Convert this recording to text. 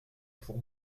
pour